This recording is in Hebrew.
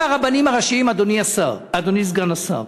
אם הרבנים הראשיים, אדוני סגן השר,